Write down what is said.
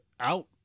out